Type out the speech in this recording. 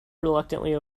reluctantly